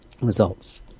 results